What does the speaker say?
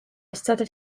started